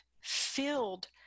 filled